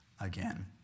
again